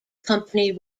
company